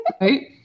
Right